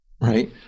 Right